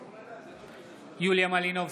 בעד יוליה מלינובסקי,